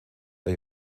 der